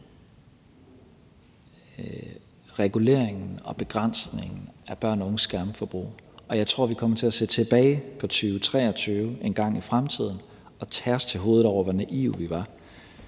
reguleringen og begrænsningen af børn og unges skærmforbrug, og jeg tror, at vi kommer til at se tilbage på 2023 engang i fremtiden og tage os til hovedet over, hvor naive vi var.